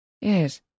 Yes